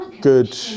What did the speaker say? good